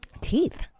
teeth